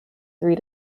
three